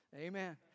Amen